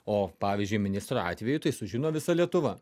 o pavyzdžiui ministro atveju tai sužino visa lietuva